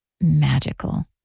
magical